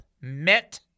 met